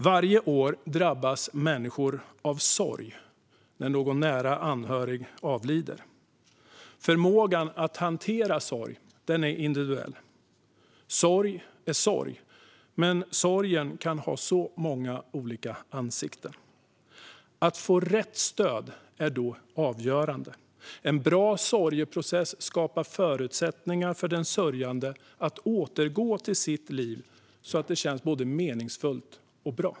Varje år drabbas människor av sorg när någon nära anhörig avlider. Förmågan att hantera sorg är individuell. Sorg är sorg, men sorgen kan ha så många olika ansikten. Att få rätt stöd är då avgörande. En bra sorgeprocess skapar förutsättningar för den sörjande att återgå till ett liv som känns både meningsfullt och bra.